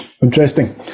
Interesting